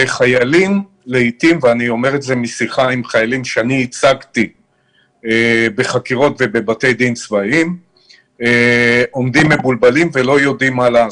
ומשיחות עם חיילים שאני ייצגתי בחקירות ובבתי דין צבאיים אני יכול להגיד